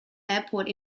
airport